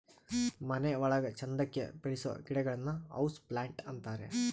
ಮನೆ ಒಳಗ ಚಂದಕ್ಕೆ ಬೆಳಿಸೋ ಗಿಡಗಳನ್ನ ಹೌಸ್ ಪ್ಲಾಂಟ್ ಅಂತಾರೆ